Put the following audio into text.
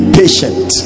patient